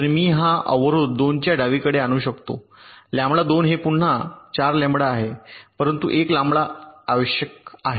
तर मी हा अवरोध 2 च्या डावीकडे आणू शकतो लॅम्बडा 2 हे पुन्हा 4 लॅम्बडालेंबडा आहे परंतु 1 लॅम्बडाआवश्यक आहे